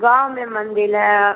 गाँव में मंदिर है